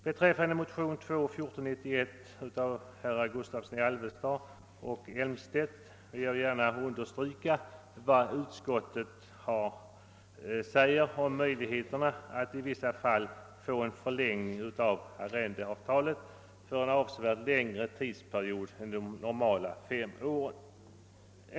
Beträffande motionen II: 1471 av herrar Gustavsson i Alvesta och Elmstedt vill jag gärna understryka vad utskottet säger om möjligheterna att i vissa fall få en förlängning av arrendeavtalet för en avsevärt längre tidsperiod än de normala fem åren.